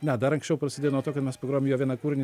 ne dar anksčiau prasidė nuo to kad mes pagrojom jo vieną kūrinį